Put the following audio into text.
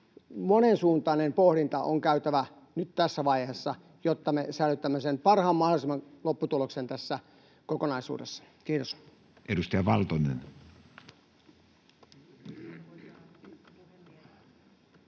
monensuuntainen pohdinta on käytävä nyt tässä vaiheessa, jotta me säilytämme sen parhaan mahdollisen lopputuloksen tässä kokonaisuudessa. — Kiitos.